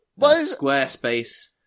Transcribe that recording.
Squarespace